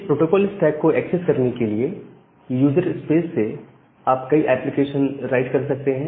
इस protocol stack को access करने के लिए यूजर स्पेस से आप कई एप्लीकेशन राइट कर सकते हैं